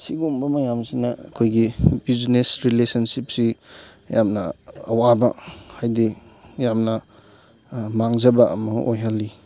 ꯁꯤꯒꯨꯝꯕ ꯃꯌꯥꯝꯁꯤꯅ ꯑꯩꯈꯣꯏꯒꯤ ꯕꯤꯖꯤꯅꯦꯁ ꯔꯤꯂꯦꯁꯟꯁꯤꯞꯁꯤ ꯌꯥꯝꯅ ꯑꯋꯥꯕ ꯍꯥꯏꯗꯤ ꯌꯥꯝꯅ ꯃꯥꯡꯖꯕ ꯑꯃ ꯑꯣꯏꯍꯜꯂꯤ